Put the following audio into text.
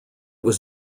was